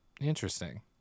Interesting